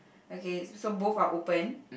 okay so both are open